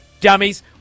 dummies